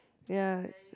ya